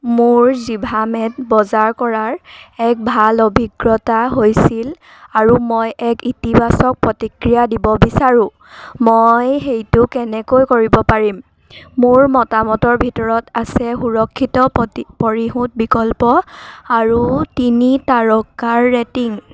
মোৰ জিভামেত বজাৰ কৰাৰ এক ভাল অভিজ্ঞতা হৈছিল আৰু মই এক ইতিবাচক প্ৰতিক্ৰিয়া দিব বিচাৰোঁ মই সেইটো কেনেকৈ কৰিব পাৰিম মোৰ মতামতৰ ভিতৰত আছে সুৰক্ষিত পৰিশোধ বিকল্প আৰু তিনি তাৰকাৰ ৰেটিং